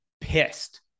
pissed